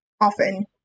often